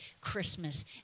Christmas